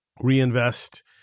reinvest